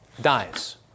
dies